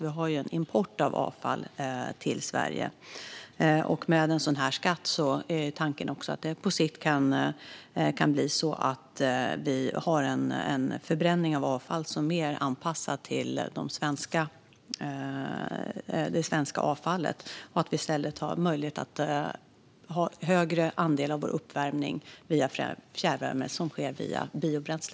Vi har en import av avfall till Sverige. Med en skatt är tanken att det på sikt kan bli så att vi har en förbränning av avfall som är mer anpassad till det svenska avfallet, och att vi i stället har möjlighet att ha en högre andel av vår uppvärmning via fjärrvärme som är producerad med biobränsle.